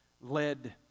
led